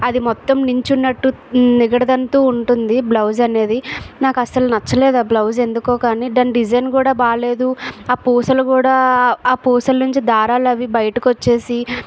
అది మొత్తం నించున్నట్టు నిగడదంతు ఉంటుంది బ్లౌజ్ అనేది నాకు అసలు నచ్చలేదు బ్లౌజ్ ఎందుకో కానీ దాని డిజైన్ కూడా బాగలేదు ఆ పూసలు కూడా ఆ పూసల నుంచి దారాల అవి బయటకు వచ్చేసి